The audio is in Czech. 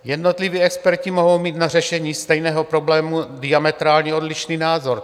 Jednotliví experti mohou mít na řešení stejného problému diametrálně odlišný názor.